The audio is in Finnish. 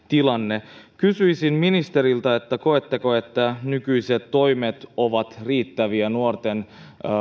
tilanne kysyisin ministeriltä koetteko että nykyiset toimet ovat riittäviä nuorten